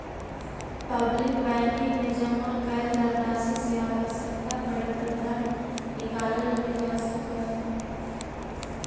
public banking में जमा कैल धनराशि से आवश्यकता पड़े पर धन निकालल भी जा सकऽ हइ